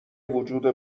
وجود